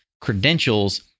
credentials